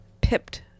pipped